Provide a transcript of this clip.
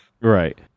Right